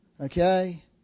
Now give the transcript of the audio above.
Okay